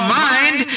mind